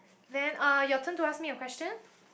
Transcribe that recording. then uh your turn to ask me a question